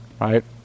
right